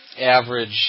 average